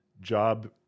job